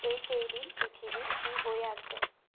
এইকেইদিন পৃথিৱীত কি হৈ আছে